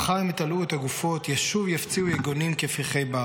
// מחר הם יטלאו את הגופות / שוב יפציעו יגונים כפרחי בר